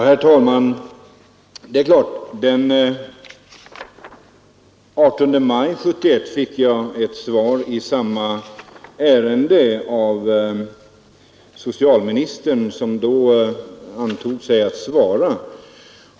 Herr talman! Den 18 maj 1971 fick jag i samma ärende ett svar från socialministern.